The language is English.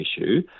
issue